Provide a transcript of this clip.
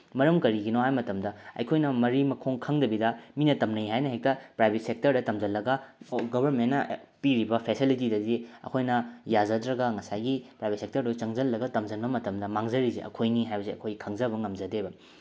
ꯃꯔꯝ ꯀꯔꯤꯒꯤꯅꯣ ꯍꯥꯏꯕ ꯃꯇꯝꯗ ꯑꯩꯈꯣꯏꯅ ꯃꯔꯤ ꯃꯈꯣꯡ ꯈꯪꯗꯕꯤꯗ ꯃꯤꯅ ꯇꯝꯅꯩ ꯍꯥꯏꯅ ꯍꯦꯛꯇ ꯄ꯭ꯔꯥꯏꯚꯦꯠ ꯁꯦꯛꯇꯔꯗ ꯇꯝꯖꯤꯜꯂꯒ ꯒꯣꯕꯔꯃꯦꯟꯅ ꯄꯤꯔꯤꯕ ꯐꯦꯁꯤꯂꯤꯇꯤꯗꯗꯤ ꯑꯩꯈꯣꯏꯅ ꯌꯥꯖꯗ꯭ꯔꯒ ꯉꯁꯥꯏꯒꯤ ꯄ꯭ꯔꯥꯏꯚꯦꯠ ꯁꯦꯛꯇꯔꯗꯣ ꯆꯪꯖꯤꯜꯂꯒ ꯇꯝꯖꯟꯕ ꯃꯇꯝꯗ ꯃꯥꯡꯖꯔꯤꯁꯦ ꯑꯩꯈꯣꯏꯅꯤ ꯍꯥꯏꯕꯁꯦ ꯑꯩꯈꯣꯏ ꯈꯪꯖꯕ ꯉꯝꯖꯗꯦꯕ